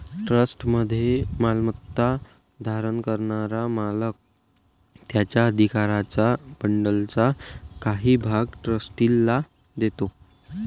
ट्रस्टमध्ये मालमत्ता धारण करणारा मालक त्याच्या अधिकारांच्या बंडलचा काही भाग ट्रस्टीला देतो